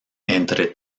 entre